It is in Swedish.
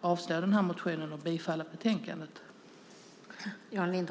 avstyrka motionen och att yrka bifall till utskottets förslag i betänkandet.